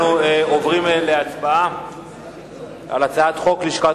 אנחנו עוברים להצבעה על הצעת חוק לשכת